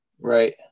right